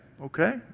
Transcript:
okay